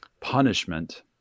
punishment